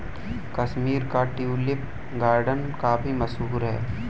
कश्मीर का tulip garden काफी मशहूर है